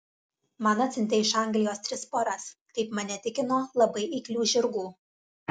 man atsiuntė iš anglijos tris poras kaip mane tikino labai eiklių žirgų